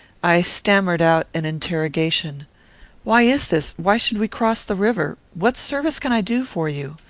i stammered out an interrogation why is this? why should we cross the river? what service can i do for you?